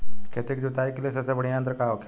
खेत की जुताई के लिए सबसे बढ़ियां यंत्र का होखेला?